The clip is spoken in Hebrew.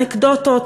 אנקדוטות,